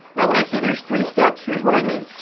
now when i say there's three steps here's what i mean.